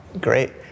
great